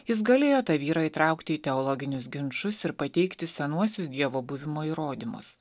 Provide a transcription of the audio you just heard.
jis galėjo tą vyrą įtraukti į teologinius ginčus ir pateikti senuosius dievo buvimo įrodymus